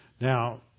Now